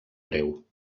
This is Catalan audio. breu